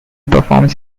performs